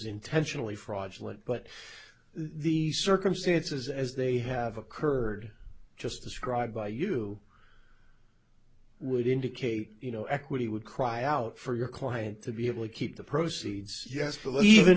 intentionally fraudulent but the circumstances as they have occurred just described by you would indicate you know equity would cry out for your client to be able to keep the proceeds yes bill even